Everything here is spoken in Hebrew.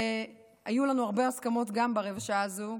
היו לנו הרבה הסכמות גם ברבע השעה הזאת,